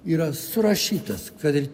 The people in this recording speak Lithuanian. yra surašytas kad ir